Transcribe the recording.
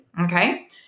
Okay